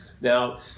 now